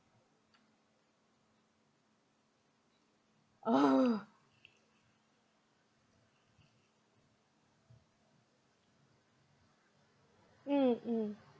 ugh mm mm